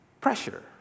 pressure